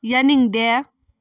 ꯌꯥꯅꯤꯡꯗꯦ